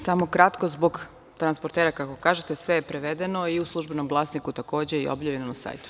Samo kratko, zbog transportera, kako kažete, sve je prevedeno i u „Službenom glasniku“ takođe i na sajtu.